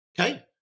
okay